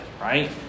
Right